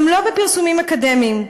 גם לא בפרסומים אקדמיים.